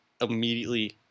immediately